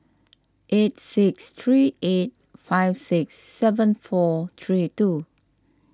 eight six three eight five six seven four three two